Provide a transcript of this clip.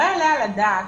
לא יעלה על הדעת,